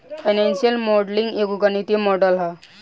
financial modelling एगो गणितीय model ह